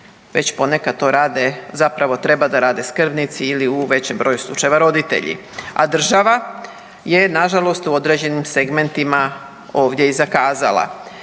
već ponekad to rade, zapravo treba da rade skrbnici ili u većem broju slučajeva roditelji, a država je nažalost u određenim segmentima ovdje i zakazala.